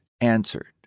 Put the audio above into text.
ANSWERED